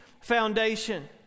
foundation